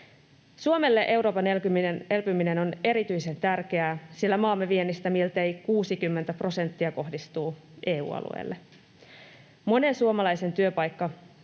Suomelle Euroopan elpyminen on erityisen tärkeää, sillä maamme viennistä miltei 60 prosenttia kohdistuu EU-alueelle. Monen suomalaisen työpaikka